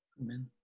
Amen